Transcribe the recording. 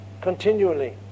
continually